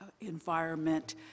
environment